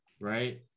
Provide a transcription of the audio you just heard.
right